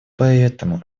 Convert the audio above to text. потому